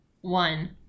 One